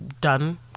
done